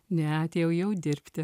ne atėjau jau dirbti